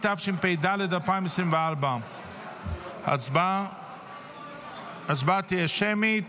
התשפ"ד 2024. ההצבעה תהיה שמית.